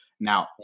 Now